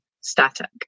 static